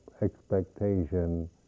expectation